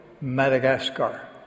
Madagascar